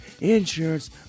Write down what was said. insurance